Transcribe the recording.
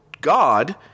God